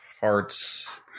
hearts